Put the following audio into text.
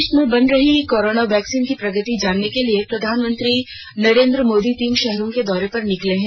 देश में बन रहीं कोरोना वैक्सीन की प्रगति जानने के लिए प्रधानमंत्री नरेंद्र मोदी तीन शहरों के दौरे पर निकले हैं